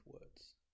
words